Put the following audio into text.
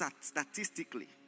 statistically